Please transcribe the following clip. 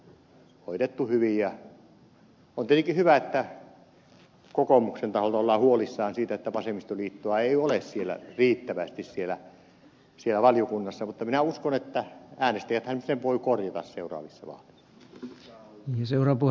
on tietenkin hyvä että kokoomuksen taholta ollaan huolissaan siitä että vasemmistoliittoa ei ole riittävästi siellä valiokunnassa mutta minä uskon että äänestäjäthän sen voivat korjata seuraavissa vaaleissa